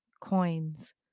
coins